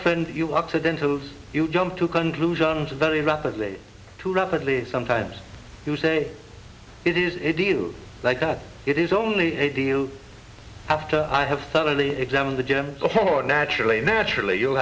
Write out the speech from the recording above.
friend you occidentals you jump to conclusions very rapidly to rapidly sometimes you say it is it do you like that it is only a deal after i have thoroughly examined the gym or naturally naturally you'll